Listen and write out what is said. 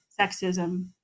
sexism